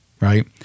right